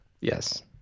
Yes